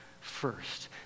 first